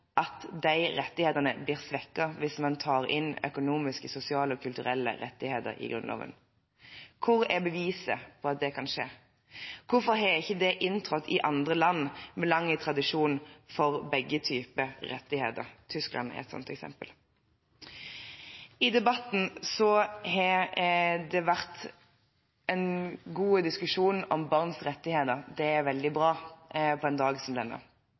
at de rettighetene blir svekket hvis man tar inn økonomiske, sosiale og kulturelle rettigheter i Grunnloven? Hvor er beviset for at det kan skje? Hvorfor har ikke det inntrådt i andre land med lang tradisjon for begge typer rettigheter? Tyskland er et sånt eksempel. I debatten har det vært en god diskusjon om barns rettigheter. Det er veldig bra på en dag som denne.